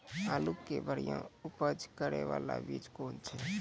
आलू के बढ़िया उपज करे बाला बीज कौन छ?